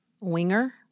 Winger